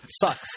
sucks